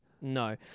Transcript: No